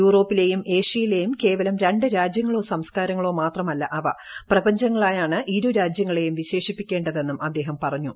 യൂറോപ്പിലെയും ഏഷ്യയിലെയും കേവലം രണ്ട് രാജ്യങ്ങളോ സംസ്കാരങ്ങളോ മാത്രമല്ല പ്രപഞ്ചങ്ങളായാണ് അവ ഇരുരാജ്യങ്ങളെയും വിശേഷിപ്പിക്കേണ്ടതെന്നും അദ്ദേഹം പറഞ്ഞു